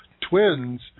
Twins